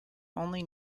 only